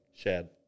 Shad